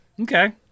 okay